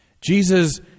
Jesus